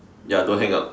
ya don't hang up